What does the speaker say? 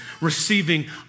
receiving